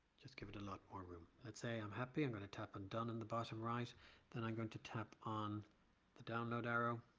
just give it a lot more room. i'd say i'm happy. i'm going to tap and done in the bottom right then i'm going to tap on the download arrow